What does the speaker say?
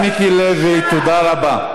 חבר הכנסת מיקי לוי, תודה רבה.